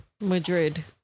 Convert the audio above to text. Madrid